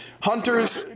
Hunters